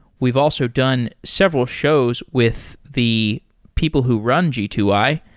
we've also done several shows with the people who run g two i,